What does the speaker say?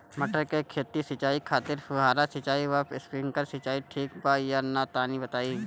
मटर के खेती के सिचाई खातिर फुहारा सिंचाई या स्प्रिंकलर सिंचाई ठीक बा या ना तनि बताई?